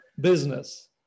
business